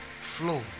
flow